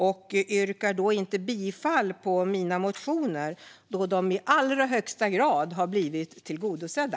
Jag yrkar inte bifall till mina motioner, då de i allra högsta grad har blivit tillgodosedda.